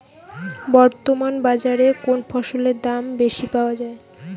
বর্তমান বাজারে কোন ফসলের দাম বেশি পাওয়া য়ায়?